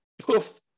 poof